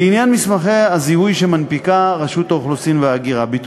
לעניין מסמכי הזיהוי שרשות האוכלוסין וההגירה מנפיקה,